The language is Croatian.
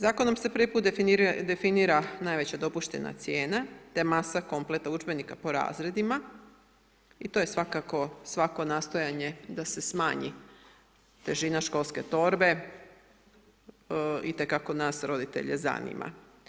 Zakonom se privi put definira najveća dopuštena cijena te masa kompleta udžbenika po razredima i to je svakako svako nastojanje da se smanji težina školske torbe, itekako n as roditelje zanima.